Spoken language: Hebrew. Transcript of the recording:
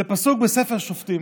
זה פסוק בספר שופטים,